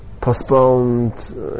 postponed